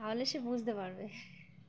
তাহলে সে বুঝতে পারবে